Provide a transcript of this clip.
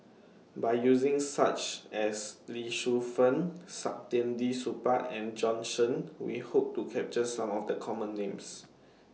By using such as Lee Shu Fen Saktiandi Supaat and Bjorn Shen We Hope to capture Some of The Common Names